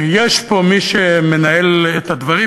שיש פה מי שמנהל את הדברים,